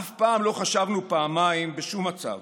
אף פעם לא חשבנו פעמיים, בשום מצב